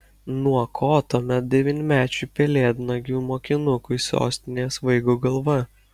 nuo ko tuomet devynmečiui pelėdnagių mokinukui sostinėje svaigo galva